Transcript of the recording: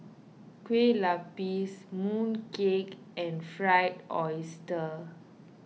Kueh Lapis Mooncake and Fried Oyster